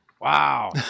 Wow